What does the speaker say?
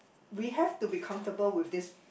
we have to be comfortable with this